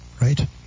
right